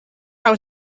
out